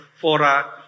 fora